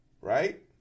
Right